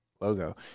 logo